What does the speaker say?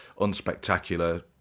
unspectacular